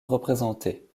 représentée